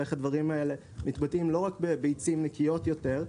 ואיך הדברים האלה מתבטאים לא רק בביצים נקיות יותר,